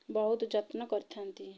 ବହୁତ ଯତ୍ନ କରିଥାନ୍ତି